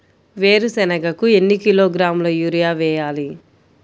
వేరుశనగకు ఎన్ని కిలోగ్రాముల యూరియా వేయాలి?